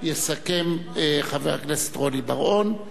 יסכם, חבר הכנסת רוני בר-און.